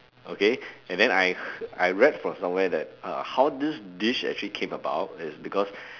okay and then I hear~ I read from somewhere that uh how this dish actually came about is because